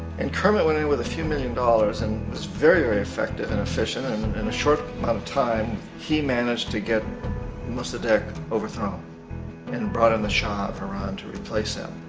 and kermit went in with a few million dollars and was very very effective and efficient and in a short amount of time, he managed to get mossadeg overthrown um and brought in the shah of iran to replace him,